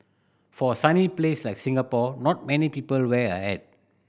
for a sunny place like Singapore not many people wear a hat